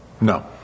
No